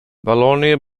wallonië